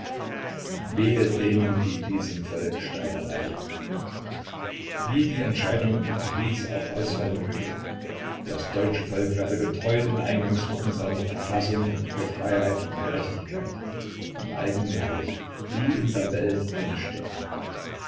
wehe denen die diesem volk steine reichen wie die entscheidung in paris auch ausfallen möge das deutsche volk werde getreu den eingangsworten seiner verfassung für freiheit und gerechtigkeit im eigenen hause wie in der welt einstehen